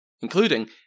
including